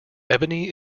ebony